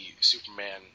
Superman